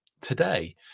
today